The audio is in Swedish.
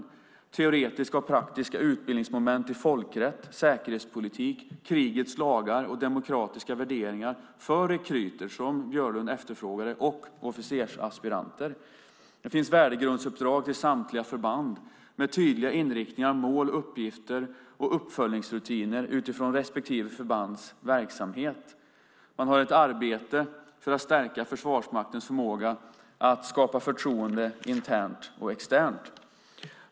Det handlar om teoretiska och praktiska utbildningsmoment i folkrätt, säkerhetspolitik, krigets lagar och demokratiska värderingar för rekryter, som Björlund efterfrågade, och officersaspiranter. Det finns värdegrundsuppdrag till samtliga förband med tydliga inriktningar, mål, uppgifter och uppföljningsrutiner utifrån respektive förbands verksamhet. Man har ett arbete för att stärka Försvarsmaktens förmåga att skapa förtroende internt och externt.